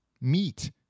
meat